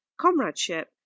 comradeship